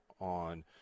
on